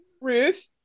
Ruth